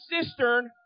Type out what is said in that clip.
cistern